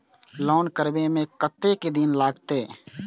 Loan करबे में कतेक दिन लागते?